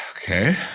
Okay